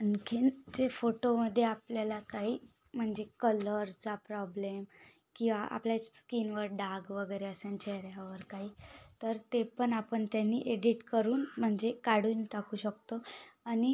अनखीन ते फोटोमधे आपल्याला काही मनजे कलरचा प्रॉब्लेम की आ आपल्या स्कीनवर डाग वगरे असंन चेहऱ्यावर काही तर ते पन आपन त्यानी एडिट करून मनजे काडून टाकू शकतो अनि